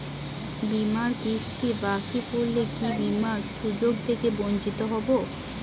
বিমার কিস্তি বাকি পড়লে কি বিমার সুযোগ থেকে বঞ্চিত হবো?